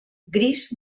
gris